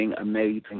amazing